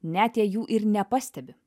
net jei jų ir nepastebi